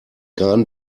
garn